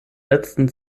letzten